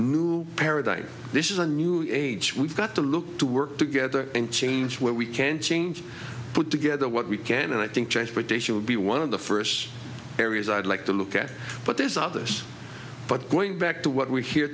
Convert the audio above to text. new paradigm this is a new age we've got to look to work together and change where we can change put together what we can and i think transportation would be one of the first areas i'd like to look at but there's others but going back to what we